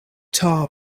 tar